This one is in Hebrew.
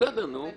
שזכאים לקבל מידע.